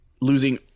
losing